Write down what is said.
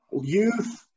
youth